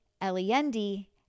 L-E-N-D